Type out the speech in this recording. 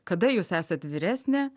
kada jūs esat vyresnė